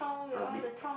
I'm a bit